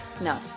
No